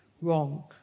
wrong